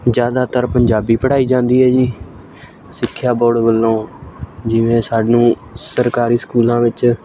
ਜ਼ਿਆਦਾਤਰ ਪੰਜਾਬੀ ਪੜ੍ਹਾਈ ਜਾਂਦੀ ਹੈ ਜੀ ਸਿੱਖਿਆ ਬੋਰਡ ਵੱਲੋਂ ਜਿਵੇਂ ਸਾਨੂੰ ਸਰਕਾਰੀ ਸਕੂਲਾਂ ਵਿੱਚ